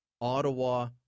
Ottawa